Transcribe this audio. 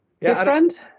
different